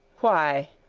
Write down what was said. why,